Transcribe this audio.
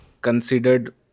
considered